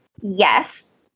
Yes